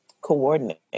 coordinate